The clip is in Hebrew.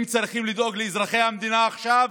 הם צריכים לדאוג לאזרחי המדינה עכשיו,